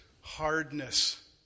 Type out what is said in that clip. hardness